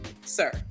sir